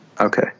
Okay